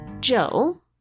Joe